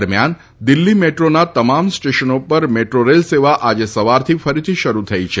દરમ્યાન દીલ્હી મેટ્રોના તમામ સ્ટેશનો પર મેટ્રો રેલ સેવાઓ આજ સવારથી ફરીથી શરૂ થઇ છે